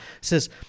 says